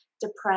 depressed